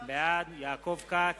בעד יעקב כץ,